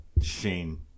Shane